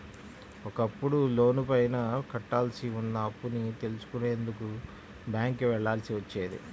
ఒకప్పుడు లోనుపైన కట్టాల్సి ఉన్న అప్పుని తెలుసుకునేందుకు బ్యేంకుకి వెళ్ళాల్సి వచ్చేది